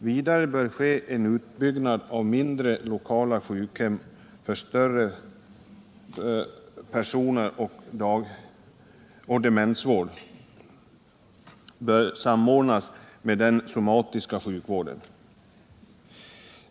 Vidare bör det ske en utbyggnad av mindre, lokala sjukhem för störda personer, och demensvården bör samordnas med den somatiska sjukhusvården.